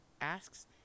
asks